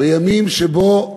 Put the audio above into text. בימים שבהם